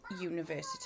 university